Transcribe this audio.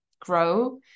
grow